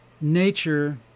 nature